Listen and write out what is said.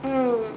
mmhmm